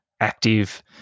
active